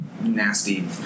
nasty